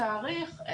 תאריך?